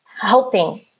helping